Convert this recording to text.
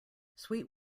sweet